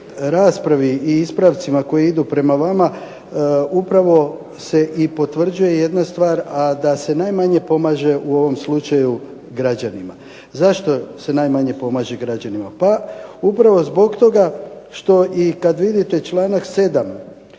raspravi i ispravcima koji idu prema vama upravo se i potvrđuje jedna stvar, a da se najmanje pomaže u ovom slučaju građanima. Zašto se najmanje pomaže građanima? Pa upravo zbog toga što i kad vidite čl. 7. gdje